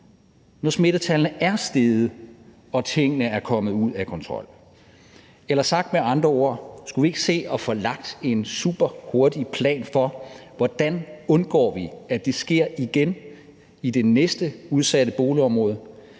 når smittetallene er steget og tingene er kommet ud af kontrol? Eller sagt med andre ord: Skulle vi ikke se at få lagt en super hurtig plan for, hvordan vi undgår, at det sker igen i det næste udsatte boligområde?